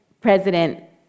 President